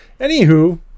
anywho